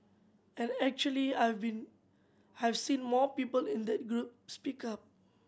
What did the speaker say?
and actually I've been have seen more people in that group speak up